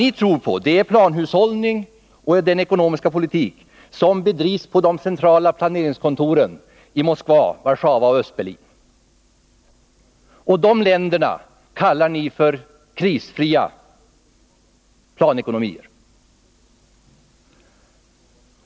Ni tror på planhushållning och på den ekonomiska politik som bedrivs på de centrala planeringskontoren i Moskva, Warszawa och Östberlin. Sovjetunionen, Polen och Östtyskland kallar ni för krisfria planekonomier.